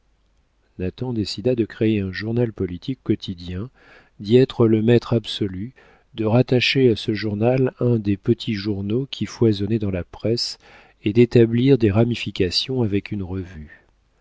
nathan décida de créer un journal politique quotidien d'y être le maître absolu de rattacher à ce journal un des petits journaux qui foisonnaient dans la presse et d'établir des ramifications avec une revue